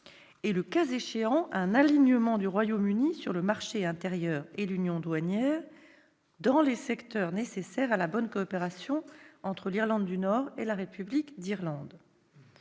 et, le cas échéant, un « alignement » du Royaume-Uni sur le marché intérieur et l'union douanière dans les secteurs nécessaires à la bonne coopération entre l'Irlande du Nord et la République d'Irlande.